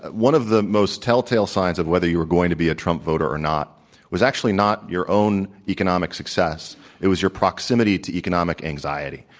one of the most telltale signs of whether you're going to be a trump voter or not was actually not your own economic success it was your proximity to economic anxiety.